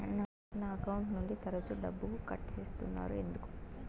నా అకౌంట్ నుండి తరచు డబ్బుకు కట్ సేస్తున్నారు ఎందుకు